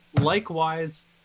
likewise